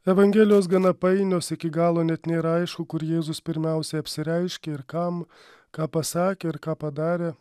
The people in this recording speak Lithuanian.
evangelijos gana painios iki galo net nėra aišku kur jėzus pirmiausiai apsireiškė ir kam ką pasakė ir ką padarė